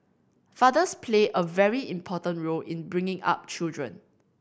fathers play a very important role in bringing up children